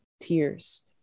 Tears